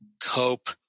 cope